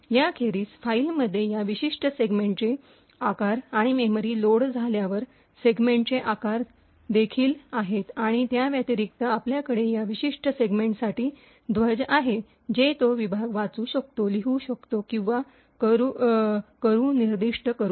याखेरीज फाइलमध्ये या विशिष्ट सेगमेंटचे आकार आणि मेमरी लोड झाल्यावर सेगमेंटचे आकार देखील आहेत आणि त्याव्यतिरिक्त आपल्याकडे या विशिष्ट सेगमेंटसाठी ध्वज आहेत जे तो विभाग वाचू शकतो लिहू शकतो किंवा करू निर्दिष्ट करू शकतो